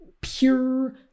pure